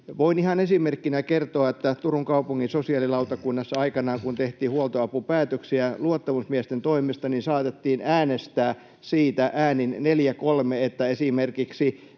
Voin ihan esimerkkinä kertoa, että Turun kaupungin sosiaalilautakunnassa aikanaan, kun tehtiin huoltoapupäätöksiä luottamusmiesten toimesta, saatettiin äänestää äänin 4—3 esimerkiksi